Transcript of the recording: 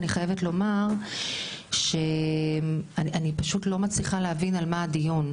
אני חייבת לומר שאני פשוט לא מצליחה להבין על מה הדיון.